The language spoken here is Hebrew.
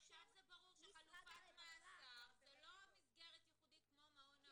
עכשיו זה ברור שחלופת מאסר זה לא מסגרת ייחודית כמו מעון נעול.